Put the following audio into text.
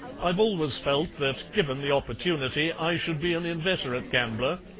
i've always felt that, given the opportunity, i should be an inveterate gambler,